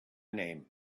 name